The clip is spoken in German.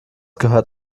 gehört